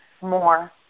more